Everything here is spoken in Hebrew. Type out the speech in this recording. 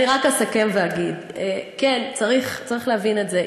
אני רק אסכם ואגיד: כן, צריך להבין את זה.